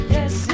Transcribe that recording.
Yes